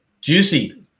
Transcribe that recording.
juicy